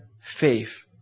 faith